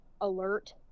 alert